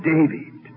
David